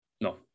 no